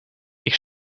ich